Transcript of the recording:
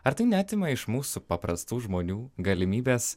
ar tai neatima iš mūsų paprastų žmonių galimybės